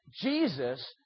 Jesus